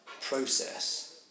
process